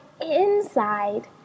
inside